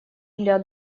для